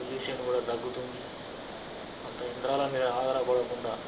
pollution కూడా తగ్గుతుంది అంత యంత్రాల మీద ఆధార పడకుండా